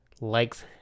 likes